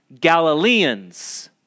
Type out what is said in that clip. Galileans